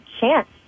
chance